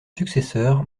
successeur